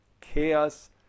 chaos